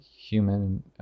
human